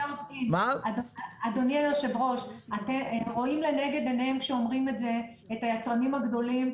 אתם רואים לנגד עיניכם כשאומרים את זה את היצרנים הגדולים,